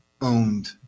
owned